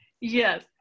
Yes